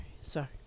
Sorry